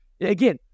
again